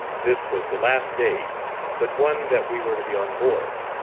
this was the last day but one that we were to be on board